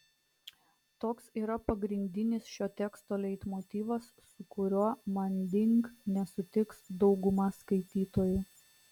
toks yra pagrindinis šio teksto leitmotyvas su kuriuo manding nesutiks dauguma skaitytojų